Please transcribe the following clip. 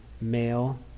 male